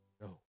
no